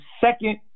second